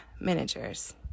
miniatures